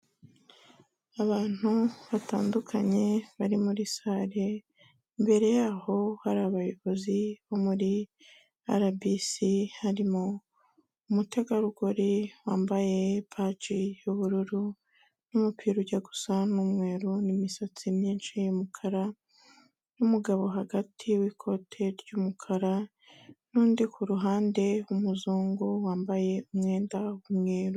Abantu batandukanye bari muri salle, imbere yaho hari abayobozi bo muri rbc. Harimo umutegarugori wambaye paji y'ubururu, n'umupira ujya gusa n'umweru, n'imisatsi myinshi y'umukara, n'umugabo hagati w'ikote ry'umukara, n'undi ku ruhande w'umuzungu wambaye umwenda w'umweruru.